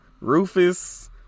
Rufus